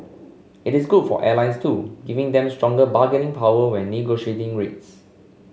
it is good for airlines too giving them stronger bargaining power when negotiating rates